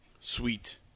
Sweet